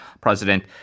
president